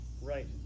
Right